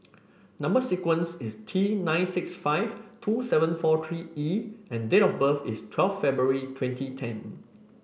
number sequence is T nine six five two seven four three E and date of birth is twelve February two twenty ten